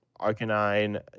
Arcanine